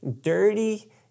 dirty